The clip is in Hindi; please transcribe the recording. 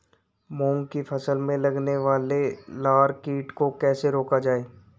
मूंग की फसल में लगने वाले लार कीट को कैसे रोका जाए?